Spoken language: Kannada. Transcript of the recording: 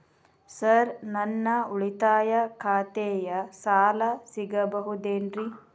ಸರ್ ನನ್ನ ಉಳಿತಾಯ ಖಾತೆಯ ಸಾಲ ಸಿಗಬಹುದೇನ್ರಿ?